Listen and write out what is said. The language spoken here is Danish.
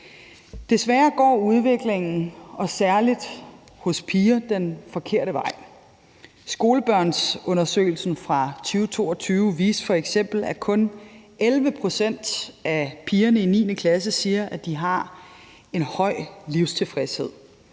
Desværre går udviklingen – og særlig hos piger – den forkerte vej. Skolebørnsundersøgelsen fra 2022 viste f.eks., at kun 11 pct. af pigerne i 9. klasse siger, at de har en høj livstilfredshed.